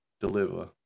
deliver